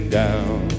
down